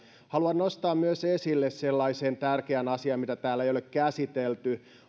haluan nostaa esille myös sellaisen tärkeän asian mitä täällä ei ole käsitelty